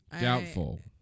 doubtful